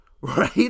right